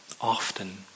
often